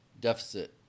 deficit